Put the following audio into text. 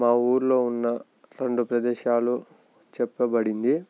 మా ఊళ్ళో ఉన్న రెండు ప్రదేశాలు చెప్పబడింది